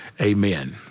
amen